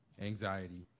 anxiety